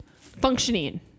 Functioning